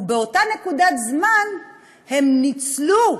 ובאותה נקודת זמן הם ניצלו,